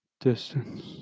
distance